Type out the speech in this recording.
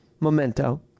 Memento